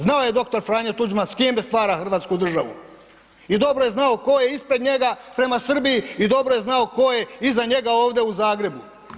Znao je dr. Franjo Tuđman s kim da stvara hrvatsku državu i dobro je znao tko je ispred njega prema Srbiji i dobro je znao koje iza njega ovdje u Zagrebu.